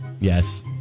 Yes